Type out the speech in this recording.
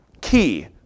key